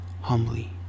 humbly